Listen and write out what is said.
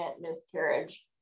miscarriage